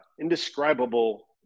indescribable